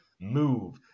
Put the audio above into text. move